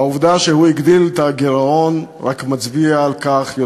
והעובדה שהוא הגדיל את הגירעון רק מצביעה יותר